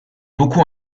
beaucoup